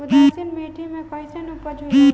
उदासीन मिट्टी में कईसन उपज होला?